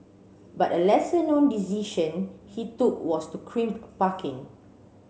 but a lesser known decision he took was to crimp parking